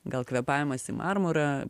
gal kvėpavimas į marmurą